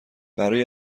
برای